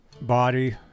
body